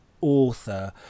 author